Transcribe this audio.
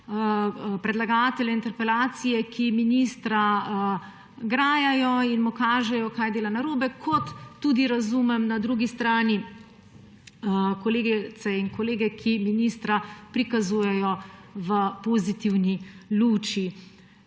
predlagatelja interpelacije, ki ministra grajajo in mu kažejo, kaj dela narobe, kot tudi razumem na drugi strani kolegice in kolege, ki ministra prikazujejo v pozitivni luči.